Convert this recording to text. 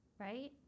right